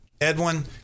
edwin